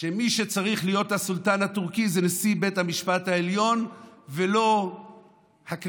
שמי שצריך להיות הסולטן הטורקי זה נשיא בית המשפט העליון ולא הכנסת.